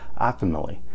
optimally